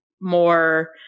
more